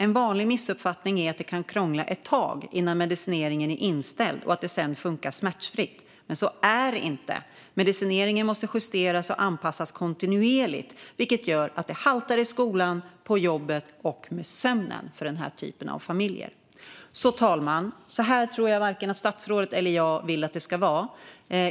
En vanlig missuppfattning är att det kan krångla ett tag innan medicineringen är inställd och att det sedan funkar smärtfritt, men så är det inte. Medicineringen måste justeras och anpassas kontinuerligt, vilket gör att det haltar i skolan, på jobbet och med sömnen för den här typen av familjer. Fru talman! Så här tror jag varken att statsrådet eller jag vill att det ska vara.